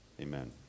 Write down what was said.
Amen